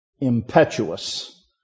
impetuous